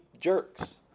jerks